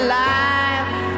life